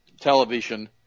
television